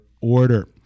order